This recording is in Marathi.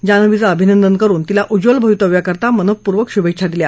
जान्हवीचं अभिनंदन करून तिला उज्ज्वल भवितव्याकरिता मनपूर्वक श्भछ्छा दिल्या